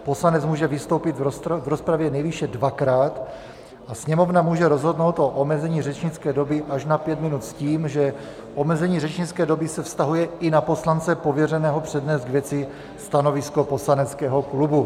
Poslanec může vystoupit v rozpravě nejvýše dvakrát a Sněmovna může rozhodnout o omezení řečnické doby až na pět minut s tím, že omezení řečnické doby se vztahuje i na poslance pověřeného přednést k věci stanovisko poslaneckého klubu.